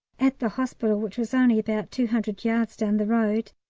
at the hospital, which was only about two hundred yards down the road,